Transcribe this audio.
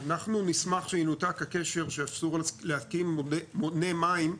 אנחנו נשמח שינותק הקשר שאסור להקים מונה מים,